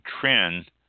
trend